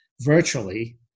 virtually